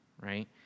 right